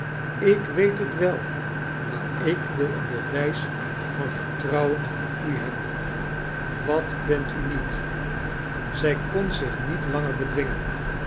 k weet het wel maar ik wil een be wij s van vertrouwen van u hebben wat bent u niet zij kon zich niet langer bedwingen